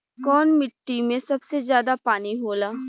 कौन मिट्टी मे सबसे ज्यादा पानी होला?